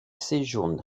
séjourne